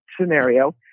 scenario